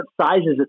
sizes